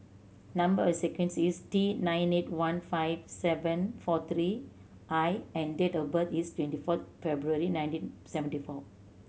number sequence is T nine eight one five seven four three I and date of birth is twenty four February nineteen seventy four